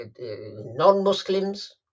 non-Muslims